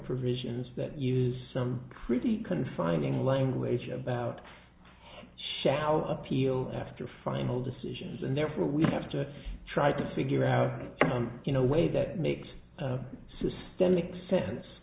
provisions that use some crazy confining language about shall appeal after final decisions and therefore we have to try to figure out you know way that makes systemic sense